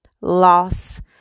loss